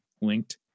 linked